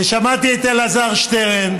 ושמעתי את אלעזר שטרן.